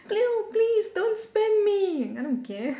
plu~ please don't spend me I don't care